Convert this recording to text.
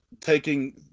taking